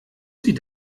sie